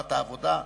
תנועת העבודה?